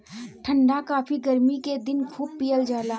ठंडा काफी गरमी के दिन में खूब पियल जाला